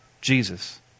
Jesus